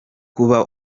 kuba